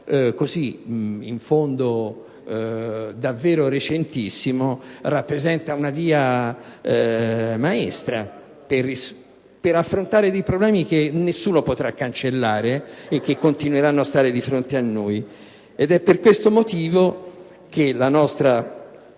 costituzionalismo - davvero recentissimo - rappresenta una via maestra per affrontare problemi che nessuno potrà cancellare e che continueranno ad essere di fronte a noi. Per questo motivo, la nostra